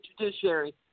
Judiciary